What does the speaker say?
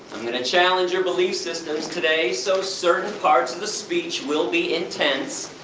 i'm going to challenge your belief systems today, so certain parts of the speech will be intense,